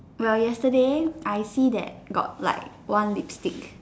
well yesterday I see that got like one lipstick